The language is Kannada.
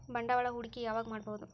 ಬಂಡವಾಳ ಹೂಡಕಿ ಯಾವಾಗ್ ಮಾಡ್ಬಹುದು?